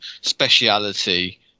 speciality